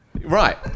right